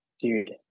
dude